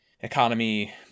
Economy